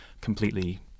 completely